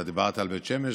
אתה דיברת על בית שמש,